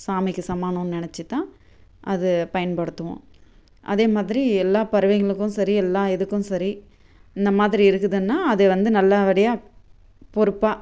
சாமிக்கு சமானம்னு நெனைச்சு தான் அது பயன்படுத்துவோம் அதே மாதிரி எல்லா பறவைகளுக்கும் சரி எல்லா இதுக்கும் சரி இந்த மாதிரி இருக்குதுன்னால் அது வந்து நல்லபடியாக பொறுப்பாக